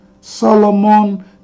Solomon